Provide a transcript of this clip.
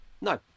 No